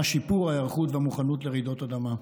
שיפור ההיערכות והמוכנות לרעידות אדמה.